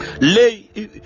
Lay